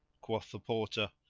quoth the porter,